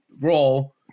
role